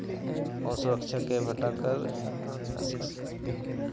और सुरक्षा कैप हटाकर